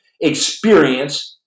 experience